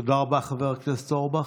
תודה רבה, חבר הכנסת אורבך.